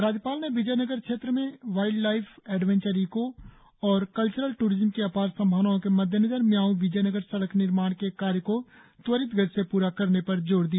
राज्यपाल ने विजोयनगर क्षेत्र में वाईल्ड लाइफ एडवेंचर इको और कल्चरल ट्रिज्म की अपार संभावनाओं के मद्देनजर मियाओ विजोयनगर सड़क निर्माण के कार्य को त्वरित गति से पूरा करने पर जोर दिया